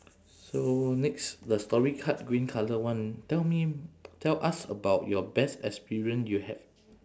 so next the story card green colour one tell me tell us about your best experience you had